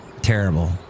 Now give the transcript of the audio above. Terrible